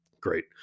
Great